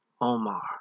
Omar